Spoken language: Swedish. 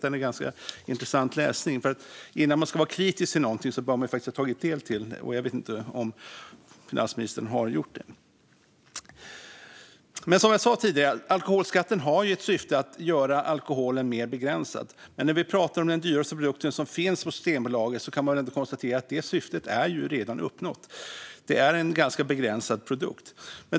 Det är ganska intressant läsning, och innan man kritiserar något bör man faktiskt ha tagit del av det. Jag vet inte om finansministern har gjort det. Som jag sa tidigare har alkoholskatten ett syfte att göra alkoholen mer begränsad. Men när vi talar om den dyraste produkten som finns på Systembolaget kan vi konstatera att det syftet redan är uppnått. Det är en ganska begränsad produkt.